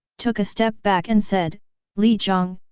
took a step back and said li jong,